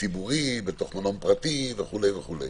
משטרת ישראל מגיעה בזמן קצר ומטפלת בחשש ומסדירה חזרה את המצב לקדמותו.